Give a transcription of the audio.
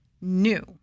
new